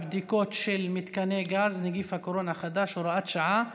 בדיקות של מתקני גז (נגיף הקורונה החדש) (הוראת שעה),